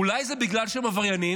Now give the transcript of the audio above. אולי זה בגלל שהם עבריינים?